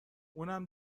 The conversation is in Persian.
اونم